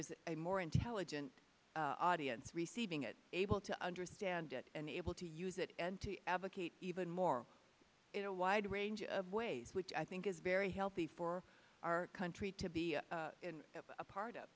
a more intelligent audience receiving it able to understand it and able to use it and to advocate even more in a wide range of ways which i think is very healthy for our country to be a part of